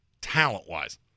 talent-wise